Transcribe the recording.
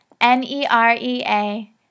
N-E-R-E-A